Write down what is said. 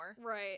Right